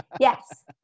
Yes